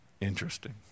interesting